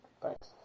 thanks